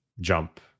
jump